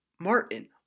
Martin